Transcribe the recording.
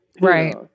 Right